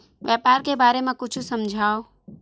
व्यापार के बारे म कुछु समझाव?